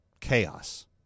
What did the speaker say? chaos